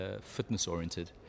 fitness-oriented